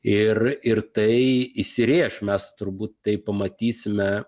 ir ir tai įsirėš mes turbūt tai pamatysime